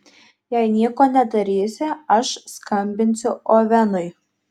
jei nieko nedarysi aš skambinsiu ovenui